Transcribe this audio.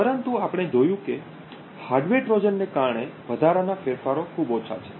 પરંતુ આપણે જોયું કે હાર્ડવેર ટ્રોજનને કારણે વધારાના ફેરફારો ખૂબ ઓછા છે